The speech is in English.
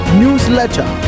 newsletter